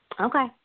Okay